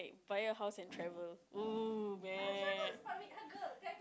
buy a house and travel !woo! man